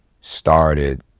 started